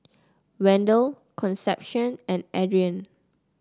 Wendel Concepcion and Adrian